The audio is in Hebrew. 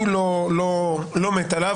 אני לא מת עליו,